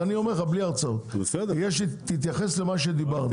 אז אני אומר לך בלי הרצאות, תתייחס למה שדיברנו.